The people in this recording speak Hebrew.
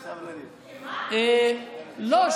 לא,